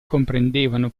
comprendevano